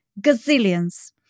gazillions